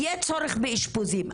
יהיה צורך באשפוזים.